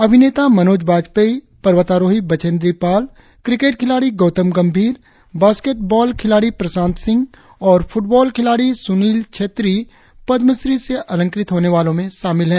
अभिनेता मनोज वाजपेयीपर्वतारोही बछेंद्री पाल क्रिकेट खिलाड़ी गौतम गंभीर बास्केट बॉल खिलाड़ी प्रशांति सिंह और फुटबॉल खिलाड़ी सुनील छेत्री पद्म श्री से अलंकृत होने वालों में शामिल है